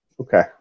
Okay